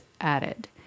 added